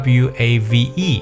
wave